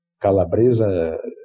calabresa